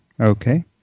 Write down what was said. okay